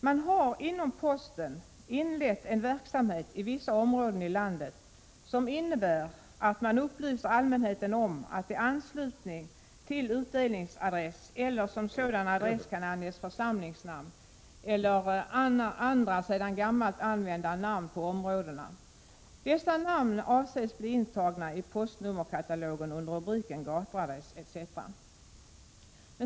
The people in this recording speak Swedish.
Man har inom posten inlett en verksamhet i vissa områden i landet som innebär att man upplyser allmänheten om att i anslutning till utdelningsadress eller som sådan adress kan anges församlingsnamn eller andra sedan gammalt använda namn på områdena. Dessa namn avses bli intagna i postnummerkatalogen under rubriken ”Gatuadress etc”.